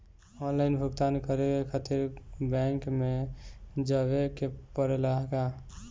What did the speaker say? Online भुगतान करे के खातिर बैंक मे जवे के पड़ेला का?